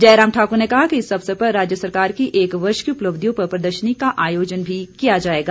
जयराम ठाक्र ने कहा कि इस अवसर पर राज्य सरकार की एक वर्ष की उपलब्धियों पर प्रदर्शनी का आयोजन भी किया जाएगा